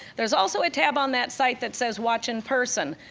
there's also a tab on that site that says watch in person.